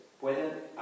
pueden